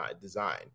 design